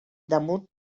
damunt